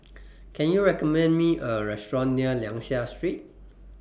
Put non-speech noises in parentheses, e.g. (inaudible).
(noise) Can YOU recommend Me A Restaurant near Liang Seah Street